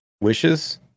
wishes